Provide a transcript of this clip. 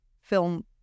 film